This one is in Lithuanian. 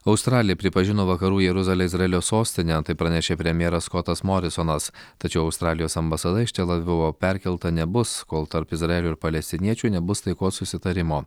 australija pripažino vakarų jeruzalę izraelio sostine tai pranešė premjeras skotas morisonas tačiau australijos ambasada iš tel avivo perkelta nebus kol tarp izraelio ir palestiniečių nebus taikos susitarimo